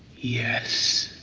yes,